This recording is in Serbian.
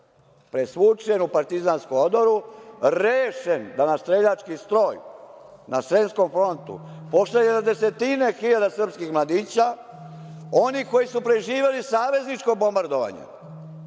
presvučen u partizansku odoru, rešen da na streljački stroj na Sremskom frontu pošalje na desetine hiljada srpskih mladića, onih koji su preživeli savezničko bombardovanje,